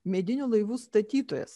medinių laivų statytojas